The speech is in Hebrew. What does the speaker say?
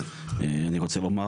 אני רוצה לומר